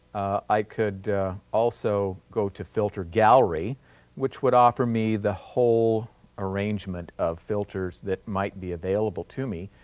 i could also go to filter gallery which would offer me the whole arrangement of filters that might be available to me.